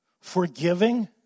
Forgiving